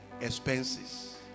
expenses